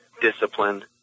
discipline